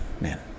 man